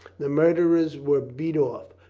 the murderers were beat off.